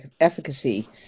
efficacy